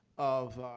of